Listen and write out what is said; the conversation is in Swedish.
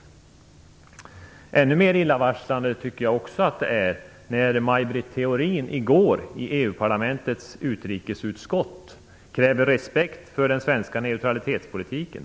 Ännu mer illavarslande tycker jag att det är när Maj Britt Theorin i går i EU-parlamentets utrikesutskott kräver respekt för den svenska neutralitetspolitiken.